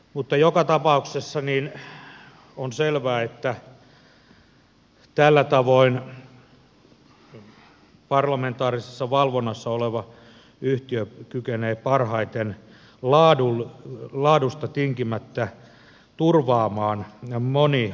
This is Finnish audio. mutta joka tapauksessa on selvää että tällä tavoin parlamentaarisessa valvonnassa yhtiö kykenee parhaiten laadusta tinkimättä turvaamaan moniarvoisuuden